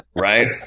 Right